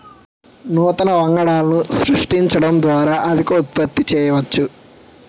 నూతన వంగడాలను సృష్టించడం ద్వారా అధిక ఉత్పత్తి చేయవచ్చు